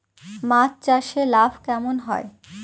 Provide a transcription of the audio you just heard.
মাছ চাষে লাভ কেমন হয়?